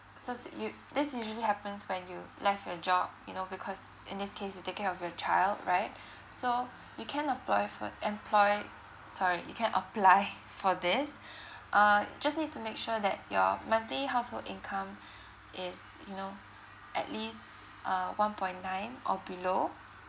so you this usually happens when you left your job you know because in this case you take care of your child right so you can apply for employ sorry you can apply for this uh just need to make sure that your monthly household income is you know at least uh one point nine or below